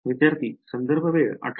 विद्यार्थीः संदर्भ वेळः १८